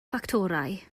ffactorau